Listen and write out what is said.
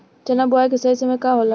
चना बुआई के सही समय का होला?